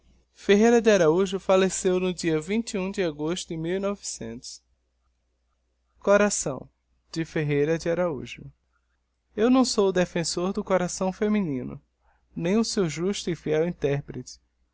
ferreira de araújo falleceu no dia de agosto de ferreiras raújo eu não sou o defensor do coração feminino nem digiti zedby google o seu justo e fiel interprete